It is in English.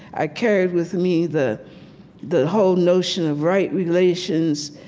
i carried with me the the whole notion of right relations.